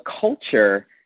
culture